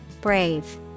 brave